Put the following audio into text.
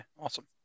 awesome